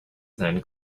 than